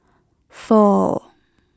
four